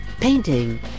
painting